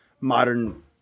modern –